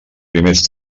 primers